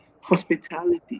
hospitality